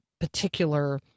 particular